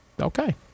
Okay